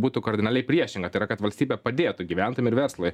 būtų kardinaliai priešinga tai yra kad valstybė padėtų gyventojam ir verslui